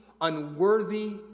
unworthy